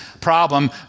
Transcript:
problem